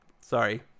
Sorry